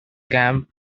camp